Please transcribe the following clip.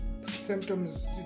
symptoms